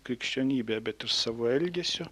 krikščionybe bet ir savo elgesiu